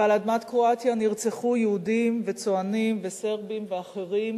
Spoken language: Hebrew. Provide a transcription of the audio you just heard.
ועל אדמת קרואטיה נרצחו יהודים וצוענים וסרבים ואחרים.